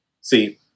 See